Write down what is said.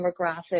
demographic